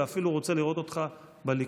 ואפילו רוצה לראות אותך בליכוד.